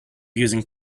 using